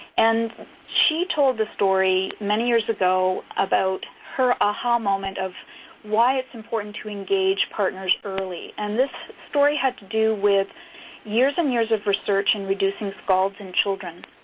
and she told the story many years ago about her a-hah! moment, about why it's important to engage partners early. and this story had to do with years and years of research in reducing scalds in children.